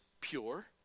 pure